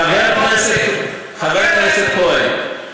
חבר הכנסת כהן,